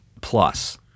plus